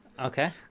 okay